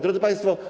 Drodzy Państwo!